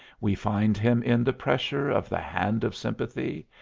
we find him in the pressure of the hand of sympathy,